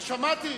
שמעתי.